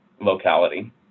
locality